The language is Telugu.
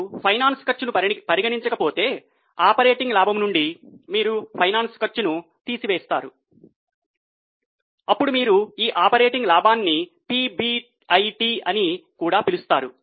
మీరు ఫైనాన్స్ ఖర్చును పరిగణించకపోతే ఆపరేటింగ్ లాభం నుండి మీరు ఫైనాన్స్ ఖర్చును తీసివేస్తారు అప్పుడు మీరు ఈ ఆపరేటింగ్ లాభాన్ని పిబిఐటి అని కూడా పిలుస్తారు